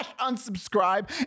unsubscribe